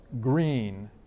green